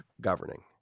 governing